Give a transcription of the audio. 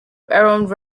around